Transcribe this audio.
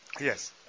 Yes